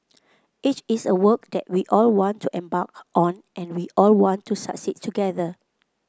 it is a work that we all want to embark on and we all want to succeed together